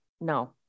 no